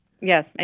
Yes